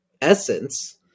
essence